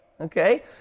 Okay